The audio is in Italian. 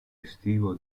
estivo